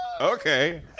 okay